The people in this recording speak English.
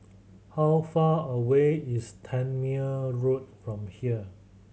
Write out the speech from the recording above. how far away is Tangmere Road from here